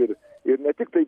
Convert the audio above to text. ir ir ne tiktai